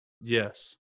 yes